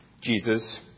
Jesus